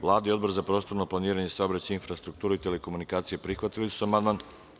Vlada i Odbor za prostorno planiranje, saobraćaj, infrastrukturu i telekomunikacije prihvatili su amandman.